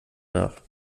nach